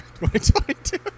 2022